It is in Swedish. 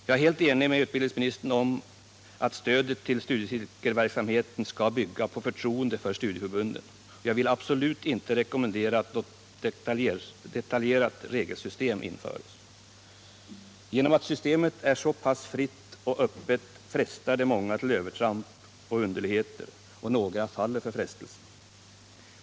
Jag är helt enig med utbildningsministern om att stödet till studiecirkelverksamheten skall bygga på förtroende för studieförbunden, och jag vill absolut inte rekommendera att något detaljerat regelsystem införs. Genom att systemet är så pass fritt och öppet frestar det många till övertramp och underligheter, och några faller för frestelsen.